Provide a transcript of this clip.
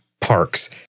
parks